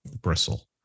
bristle